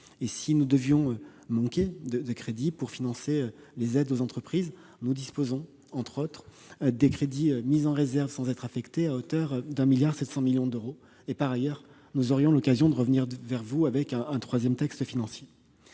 Si nous devions manquer de crédits pour financer les aides aux entreprises, nous disposerions, entre autres, des crédits mis en réserve sans être affectés, à hauteur de 1,7 milliard d'euros. Par ailleurs nous reviendrions vers vous avec un troisième texte financier.